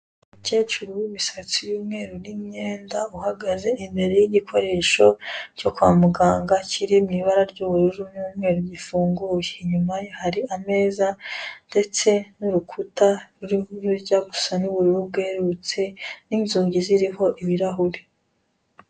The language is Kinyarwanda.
Kecuru w'imisatsi y'umweru n'imyenda, uhagaze imbere y'igikoresho, cyo kwa muganga kiri mu ibara ry'ubururu n'umweru gifunguye, inyuma ye hari ameza, ndetse n'urukuta ruri rujya gusa n'ubururu bwerurutse n'inzugi ziriho ibirahure.